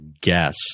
guess